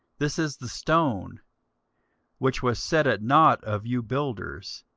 this is the stone which was set at nought of you builders,